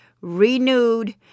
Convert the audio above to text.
renewed